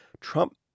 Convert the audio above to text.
Trump